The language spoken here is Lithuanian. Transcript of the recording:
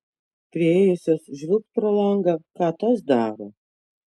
priėjusios žvilgt pro langą ką tas daro